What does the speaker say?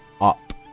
up